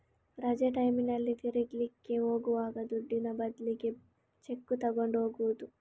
ರಜೆ ಟೈಮಿನಲ್ಲಿ ತಿರುಗ್ಲಿಕ್ಕೆ ಹೋಗುವಾಗ ದುಡ್ಡಿನ ಬದ್ಲಿಗೆ ಚೆಕ್ಕು ತಗೊಂಡು ಹೋಗುದು